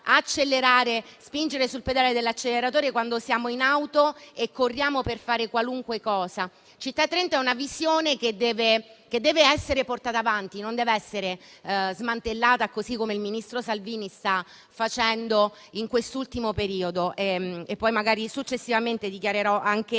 spingere sul pedale dell'acceleratore quando siamo in auto e corriamo per fare qualunque cosa. Città 30 è una visione che deve essere portata avanti e non deve essere smantellata, come invece il ministro Salvini sta facendo in quest'ultimo periodo. Più avanti magari interverrò nuovamente